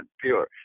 pure